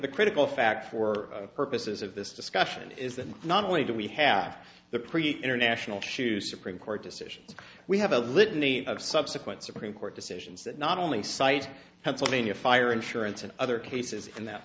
the critical fact for purposes of this discussion is that not only do we have the pretty international shoes supreme court decisions we a litany of subsequent supreme court decisions that not only cite pennsylvania fire insurance and other cases in that